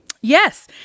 Yes